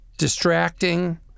Distracting